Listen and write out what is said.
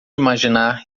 imaginar